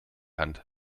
hand